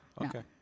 Okay